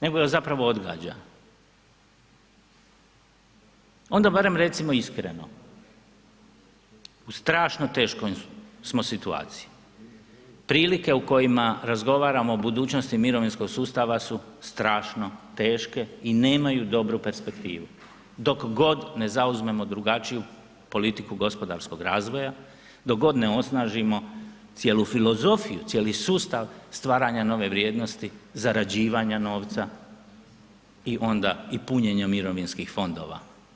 nego ga zapravo odgađa, onda barem recimo iskreno, u strašno teškoj smo situaciji, prilike u kojima razgovaramo o budućnosti mirovinskog sustava su strašno teške i nemaju dobru perspektivu dok god ne zauzmemo drugačiju politiku gospodarskog razvoja, dok god ne osnažimo cijelu filozofiju, cijeli sustav stvaranja nove vrijednosti, zarađivanja novca i onda i punjenje mirovinskih fondova.